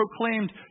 proclaimed